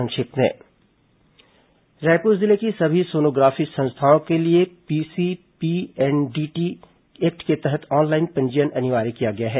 संक्षिप्त समाचार रायपुर जिले की सभी सोनोग्राफी संस्थाओं के लिए पीसीपीएनडीटी एक्ट के तहत ऑनलाइन पंजीयन अनिवार्य किया गया है